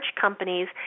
companies